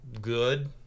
good